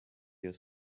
your